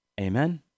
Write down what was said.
Amen